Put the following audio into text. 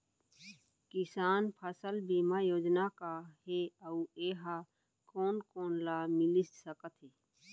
किसान फसल बीमा योजना का हे अऊ ए हा कोन कोन ला मिलिस सकत हे?